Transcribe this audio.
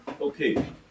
Okay